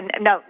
no